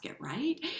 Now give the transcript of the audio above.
Right